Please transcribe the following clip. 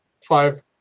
five